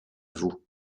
vous